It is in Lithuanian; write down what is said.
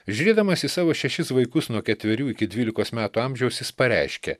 žiūrėdamas į savo šešis vaikus nuo ketverių iki dvylikos metų amžiaus jis pareiškė